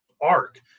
arc